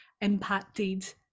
impacted